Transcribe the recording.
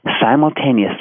simultaneously